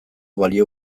balio